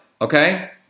Okay